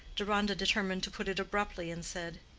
deronda determined to put it abruptly, and said,